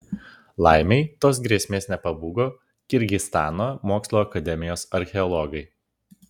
laimei tos grėsmės nepabūgo kirgizstano mokslų akademijos archeologai